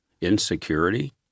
insecurity